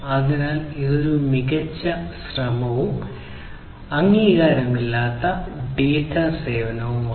അതിനാൽ ഇതൊരു മികച്ച ശ്രമവും അംഗീകാരമില്ലാത്ത ഡാറ്റ സേവനവുമാണ്